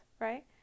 right